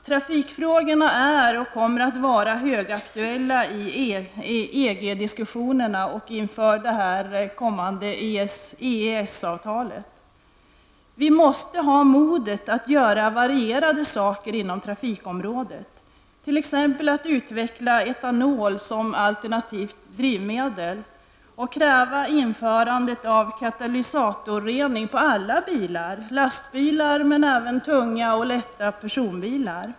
Trafikfrågorna är och kommer att vara högaktuella i EG-diskussionerna och inför det kommande EES avtalet. Vi måste ha modet att göra varierade saker inom trafikområdet, t.ex. utveckla etanol som alternativt drivmedel och kräva införande av katalysatorrening på alla bilar och, lastbilar, men även på tunga och lätta personbilar.